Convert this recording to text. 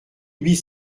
huit